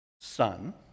son